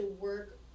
work